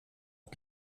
att